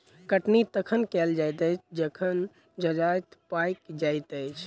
कटनी तखन कयल जाइत अछि जखन जजति पाकि जाइत अछि